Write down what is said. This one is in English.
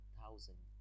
thousand